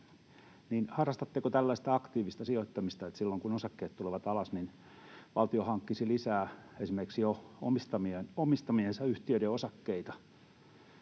harrastatteko tällaista aktiivista sijoittamista, että silloin kun osakkeet tulevat alas, niin valtio hankkisi lisää esimerkiksi jo omistamiensa yhtiöiden osakkeita?